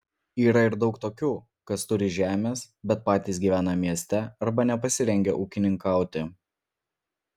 yra ir daug tokių kas turi žemės bet patys gyvena mieste arba nepasirengę ūkininkauti